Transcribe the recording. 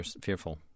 fearful